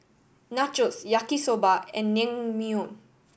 Nachos Yaki Soba and Naengmyeon